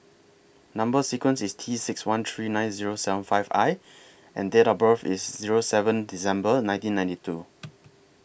Number sequence IS T six one three nine Zero seven five I and Date of birth IS Zero seven December nineteen ninety two